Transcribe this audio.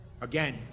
Again